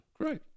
Great